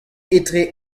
etre